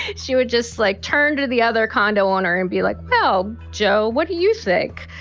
she would just like turn to the other condo owner and be like, oh, joe, what do you think?